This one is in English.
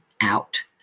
out